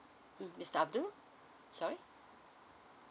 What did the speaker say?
mm mister abdul sorry